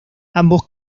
ambos